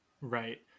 right